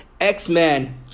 X-Men